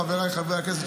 חבריי חברי הכנסת,